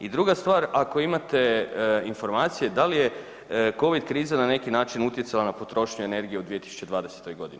I druga stvar, ako imate informacije da li je COVID kriza na neki način utjecala na potrošnju energije u 2020. godini?